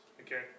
Okay